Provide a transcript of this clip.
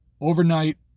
overnight